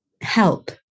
help